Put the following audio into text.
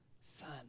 Son